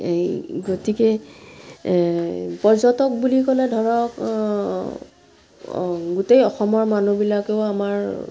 এই গতিকে পৰ্যটক বুলি ক'লে ধৰক গোটেই অসমৰ মানুহবিলাকেও আমাৰ